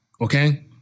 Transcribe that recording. Okay